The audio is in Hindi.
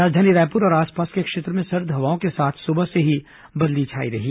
राजधानी रायपुर और आसपास के क्षेत्रों में सर्द हवाओं के साथ सुबह से ही बदली छाई रही